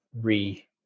re